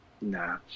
nah